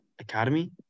Academy